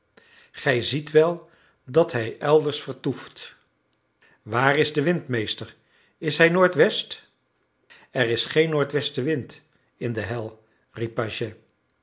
gij ziet wel dat hij elders vertoeft waar is de wind meester is hij noordwest er is geen noordwestenwind in de hel riep pagès